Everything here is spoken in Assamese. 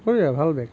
বঢ়িয়া ভাল বেগ